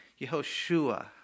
Yehoshua